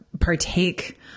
partake